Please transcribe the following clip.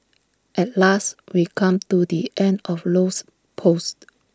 at last we come to the end of Low's post